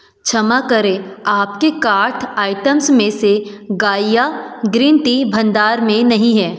क्षमा करें आपके कार्ट आइटम्स में से गाइआ ग्रीन टी भंदार में नहीं है